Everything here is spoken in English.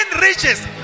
riches